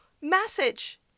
message